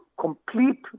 complete